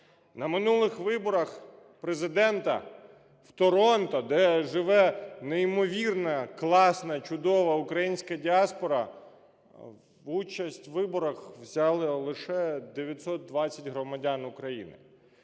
На минулих виборах Президента в Торонто, де живе неймовірно класна, чудова українська діаспора, участь у виборах взяли лише 920 громадян України.